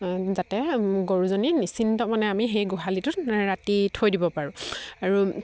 যাতে গৰুজনী নিশ্চিন্ত মনে আমি সেই গোহালিটোত ৰাতি থৈ দিব পাৰোঁ আৰু